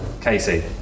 casey